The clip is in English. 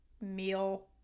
meal